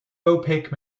opaque